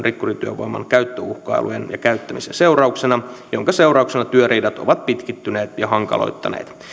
rikkurityövoiman käyttöuhkailujen ja käyttämisen seurauksena jonka seurauksena työriidat ovat pitkittyneet ja hankaloituneet